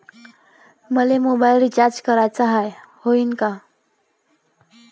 मले mobile recharge कराचा हाय, होईनं का?